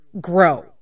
grow